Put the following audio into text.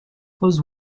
was